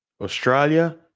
Australia